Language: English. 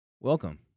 Welcome